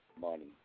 money